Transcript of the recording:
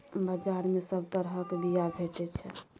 बजार मे सब तरहक बीया भेटै छै